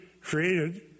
created